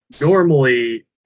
normally